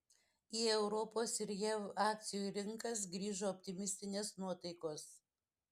į europos ir jav akcijų rinkas grįžo optimistinės nuotaikos